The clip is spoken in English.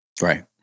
Right